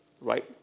right